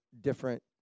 different